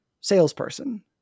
salesperson